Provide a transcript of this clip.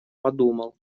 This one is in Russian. подумал